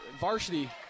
varsity